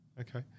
Okay